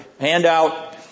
handout